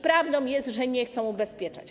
Prawdą jest, że nie chcą ubezpieczać.